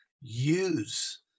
use